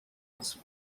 nas